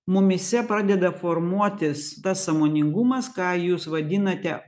mumyse pradeda formuotis tas sąmoningumas ką jūs vadinate